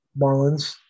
Marlins